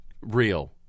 Real